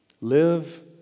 Live